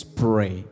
pray